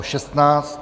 16.